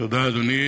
תודה, אדוני.